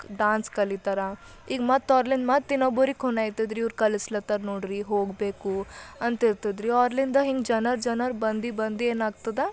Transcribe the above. dance ಕಲಿತಾರ ಈಗ ಮತ್ತು ಅವರ್ಲಿಂದ ಮತ್ತು ಇನ್ನೊಬ್ರು ಖುನೆ ಆಯ್ತದ ರೀ ಇವ್ರು ಕಲಿಸ್ಲತ್ತರ ನೋಡ್ರಿ ಹೋಗಬೇಕು ಅಂತ ಇರ್ತದ್ರೀ ಅವರ್ಲಿಂದ ಹಿಂಗ ಜನರು ಜನರು ಬಂದು ಬಂದು ಏನಾಗ್ತದ